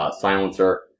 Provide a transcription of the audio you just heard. silencer